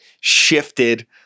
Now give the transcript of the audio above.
shifted